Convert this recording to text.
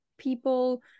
people